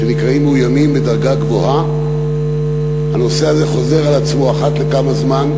שנקראים "מאוימים בדרגה גבוהה"; הנושא הזה חוזר על עצמו אחת לכמה זמן,